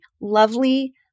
lovely